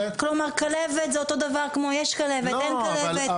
כלומר כלבת זה אותו דבר כמו יש כלבת, אין כלבת.